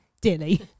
dearly